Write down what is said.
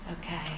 Okay